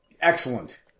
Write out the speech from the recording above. Excellent